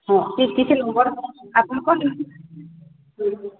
ହଁ କିଛି ନମ୍ବର ଆପଣଙ୍କର ହୁଁ ହୁଁ